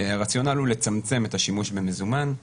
הרציונל הוא לצמצם את השימוש במזומן,